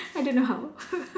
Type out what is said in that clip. I don't know how